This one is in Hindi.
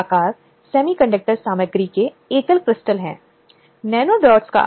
अब यह अधिनियम 23 अप्रैल 2013 को राष्ट्रपति की सहमति प्राप्त करता है और 9 दिसंबर 2013 से लागू हो गया है